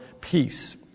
peace